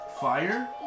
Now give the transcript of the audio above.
Fire